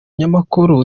nyamukuru